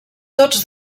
tots